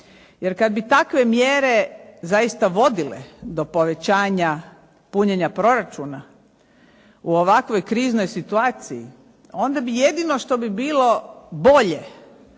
Jer kad bi takve mjere zaista vodile do povećanja punjenja proračuna u ovakvoj kriznoj situaciji, onda bi jedino što bi bilo bolje